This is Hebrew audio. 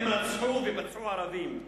הם רצחו ופצעו ערבים.